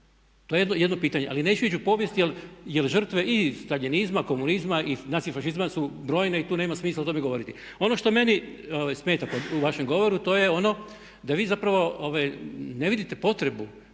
To je jedno pitanje, ali neću ići u povijest jer žrtve i Staljinizma, komunizma i nacifašizma su brojne i tu nema smisla o tome govoriti. Ono što meni smeta u vašem govoru to je ono da vi zapravo ne vidite potrebu